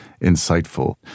insightful